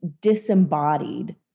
disembodied